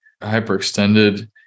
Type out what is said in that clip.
hyperextended